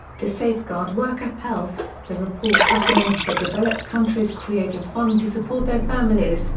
to safeguard worker health, the report recommends that developed countries create a fund to support their families,